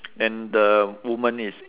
and the woman is